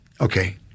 Okay